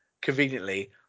conveniently